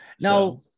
Now